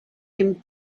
him